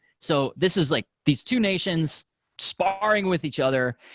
so this is like these two nations sparring with each other,